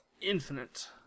Infinite